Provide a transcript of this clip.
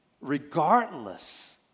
regardless